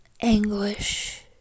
anguish